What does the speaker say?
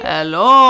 Hello